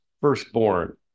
firstborn